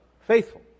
Faithful